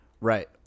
Right